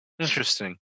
interesting